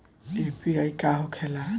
UPI का होखेला?